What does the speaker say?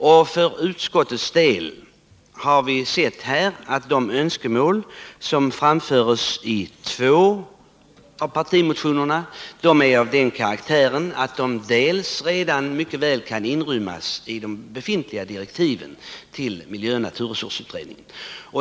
Vi har i jordbruksutskottet funnit att de önskemål som framförs i två av partimotionerna redan mycket väl ryms inom de befintliga direktiven till miljöoch naturresursutredningen.